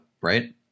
right